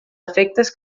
efectes